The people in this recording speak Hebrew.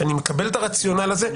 שאני מקבל את הרציונל הזה,